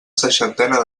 seixantena